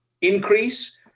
increase